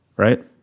right